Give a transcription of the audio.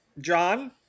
John